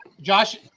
Josh